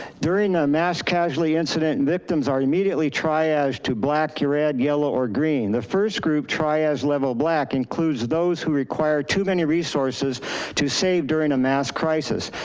during a mass casualty incident, and victims are immediately triaged to black, yeah red, yellow or green. the first group triads level black includes those who require too many resources to save during a mass crisis.